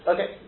Okay